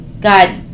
God